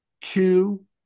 two